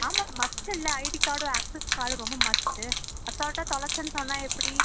ஆமாங்க மஸ்ட்டுல்ல ஐடி கார்டும் ஆக்ஸஸ் கார்டும் ரொம்ப மஸ்ட்டு அசால்ட்டாக தொலைச்சேன்னு சொன்னால் எப்படி